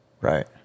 right